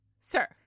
Sir